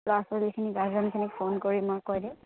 ল'ৰা ছোৱালীখিনি গাৰ্জনখিনিক ফোন কৰি মই কৈ দিম